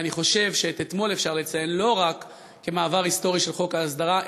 ואני חושב שאת אתמול אפשר לציין לא רק כמעבר היסטורי של חוק ההסדרה,